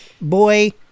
boy